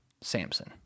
Samson